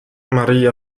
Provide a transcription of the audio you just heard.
marie